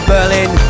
Berlin